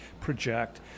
project